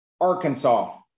Arkansas